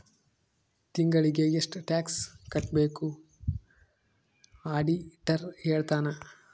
ತಿಂಗಳಿಗೆ ಎಷ್ಟ್ ಟ್ಯಾಕ್ಸ್ ಕಟ್ಬೇಕು ಆಡಿಟರ್ ಹೇಳ್ತನ